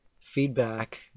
feedback